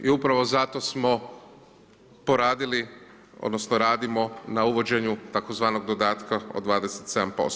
I upravo zato smo poradili, odnosno radimo na uvođenju tzv. dodatka od 27%